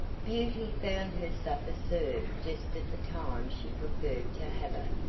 beauty found her supper served just at the time she preferred to have it,